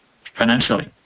financially